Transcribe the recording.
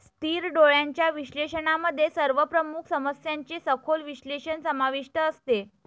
स्थिर डोळ्यांच्या विश्लेषणामध्ये सर्व प्रमुख समस्यांचे सखोल विश्लेषण समाविष्ट असते